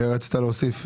רצית להוסיף?